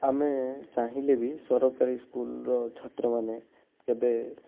ଆମେ ଚାହିଁଲେ ବି ସରକାରୀ ସ୍କୁଲ୍ ର ଛାତ୍ରମାନେ କେବେ